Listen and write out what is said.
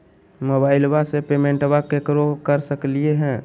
मोबाइलबा से पेमेंटबा केकरो कर सकलिए है?